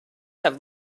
have